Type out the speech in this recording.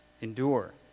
endure